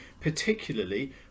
particularly